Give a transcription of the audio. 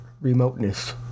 remoteness